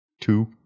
Two